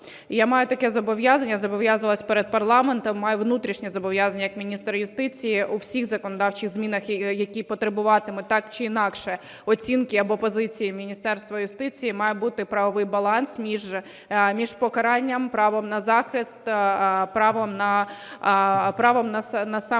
я маю таке зобов'язання, зобов'язувалась перед парламентом, маю внутрішнє зобов'язання як міністр юстиції: у всіх законодавчих змінах, які потребуватимуть так чи інакше оцінки або позиції Міністерства юстиції, має бути правовий баланс між покаранням, правом на захист, правом на самооборону